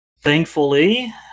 thankfully